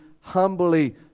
humbly